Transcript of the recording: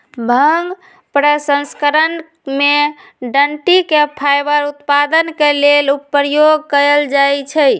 भांग प्रसंस्करण में डनटी के फाइबर उत्पादन के लेल प्रयोग कयल जाइ छइ